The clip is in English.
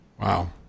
Wow